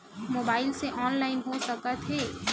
Mobile से online हो सकत हे?